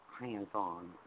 hands-on